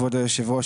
כבוד היושב ראש,